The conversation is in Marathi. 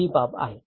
ही बाब आहे